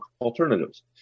alternatives